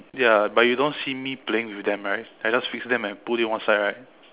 ya but you don't see me playing with them right I just fix them and put it one side right